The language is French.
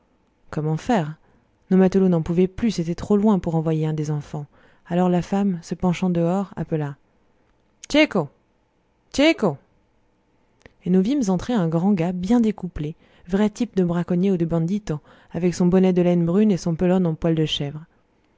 comment faire nos matelots n'en pouvaient plus c'était trop loin pour envoyer un des enfants alors la femme se penchant dehors appelant cecco cecco et nous vîmes entrer un grand gars bien découplé vrai type de braconnier ou de banditto avec son bonnet de laine brune et son pelone en poils de chèvre